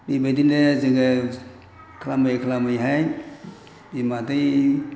बेबायदिनो जोङो खालामै खालामैहाय बिमा दै